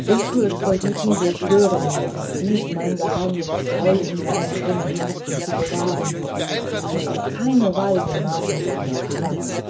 willst du es verhüten so schwöre mir dies mein geheimnis treu in deinem stummen herzen zu bewahren und auf keine weise mahimsasa zu warnen